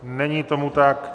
Není tomu tak.